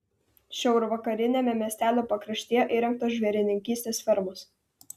šiaurvakariniame miestelio pakraštyje įrengtos žvėrininkystės fermos